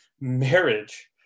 marriage